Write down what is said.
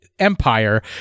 Empire